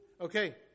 Okay